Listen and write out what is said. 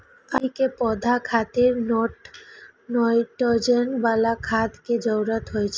अरबी के पौधा खातिर नाइट्रोजन बला खाद के जरूरत होइ छै